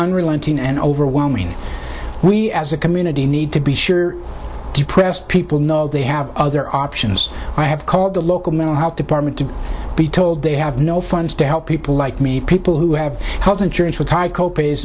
unrelenting and overwhelming we as a community need to be sure depressed people know they have other options i have called the local mental health department to be told they have no funds to help people like me people who have health insurance will try co pays